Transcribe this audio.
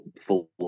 full